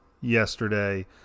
yesterday